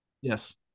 Yes